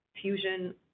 fusion